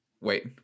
wait